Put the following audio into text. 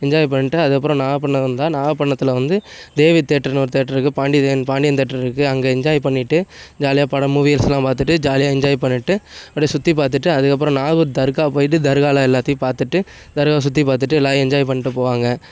enjoy பண்ணிவிட்டு அதற்கப்புறம் நாகபட்டினம் வந்தால் நாப்பட்னத்தில் வந்து தேவி தேட்டருனு ஒரு தேட்டரு இருக்கு பாண்டியன் தேட்டரு இருக்கு அங்கே என்ஜாய் பண்ணிவிட்டு ஜாலியாக படம் மூவீஸ்லாம் பார்த்துட்டு ஜாலியாக என்ஜாய் பண்ணிவிட்டு அப்படியே சுற்றி பார்த்துட்டு அதற்கப்புறம் நாகூர் தர்கா போயிவிட்டு தர்காவில எல்லாத்தையும் பார்த்துட்டு தர்காவை சுற்றி பார்த்துட்டு எல்லாம் என்ஜாய் பண்ணிட்டு போவாங்க